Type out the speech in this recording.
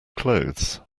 clothes